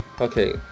okay